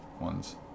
ones